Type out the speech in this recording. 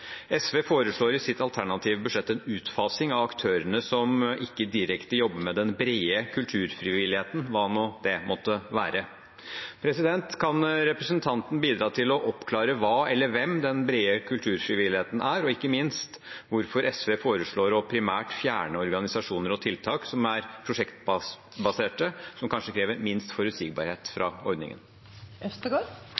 SV foreslår i sitt alternative budsjett en utfasing av aktørene som ikke direkte jobber med den brede kulturfrivilligheten – hva nå det måtte være. Kan representanten bidra til å oppklare hva eller hvem den brede kulturfrivilligheten er, og ikke minst hvorfor SV foreslår primært å fjerne organisasjoner og tiltak som er prosjektbaserte, som kanskje krever minst forutsigbarhet fra